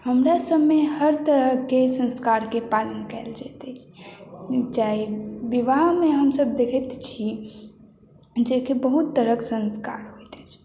हमरा सबमे हर तरहके संस्कारके पालन कयल जाइत अछि चाहे विवाहमे हमसब देखैत छी जेकि बहुत तरहक संस्कार होयत अछि